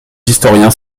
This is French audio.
historiens